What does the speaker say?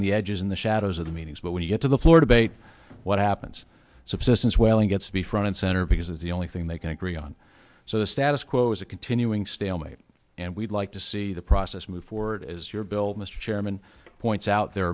on the edges in the shadows of the meetings but when you get to the floor debate what happens subsistence whaling gets to be front and center because it's the only thing they can agree on so the status quo is a continuing stalemate and we'd like to see the process move forward as your bill mr chairman points out there